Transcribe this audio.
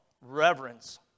reverence